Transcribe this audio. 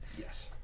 Yes